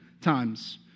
times